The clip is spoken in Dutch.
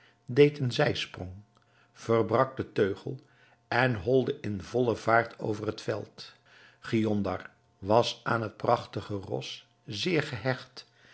deed een zijsprong verbrak den teugel en holde in volle vaart over het veld giondar was aan het prachtige ros zeer gehecht